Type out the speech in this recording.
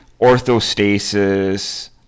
orthostasis